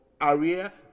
area